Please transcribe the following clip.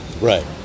Right